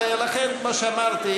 ולכן מה שאמרתי,